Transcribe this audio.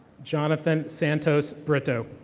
johnathan santos brito.